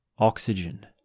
Oxygen